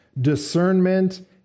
discernment